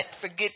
forget